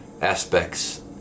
aspects